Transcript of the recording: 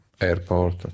airport